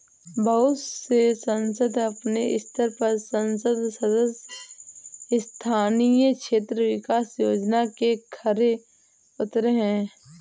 बहुत से संसद अपने स्तर पर संसद सदस्य स्थानीय क्षेत्र विकास योजना में खरे उतरे हैं